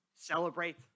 celebrate